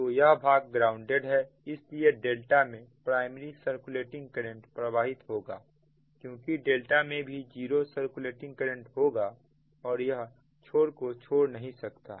तो यह भाग ग्राउंडेड है इसलिए डेल्टा में प्राइमरी सर्कुलेटिंग करंट प्रवाहित होगा क्योंकि डेल्टा में भी जीरो सर्कुलेटिंग करंट होगा और यह छोर को छोड़ नहीं सकता है